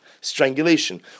strangulation